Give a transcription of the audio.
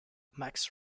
max